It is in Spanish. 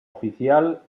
oficial